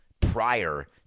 prior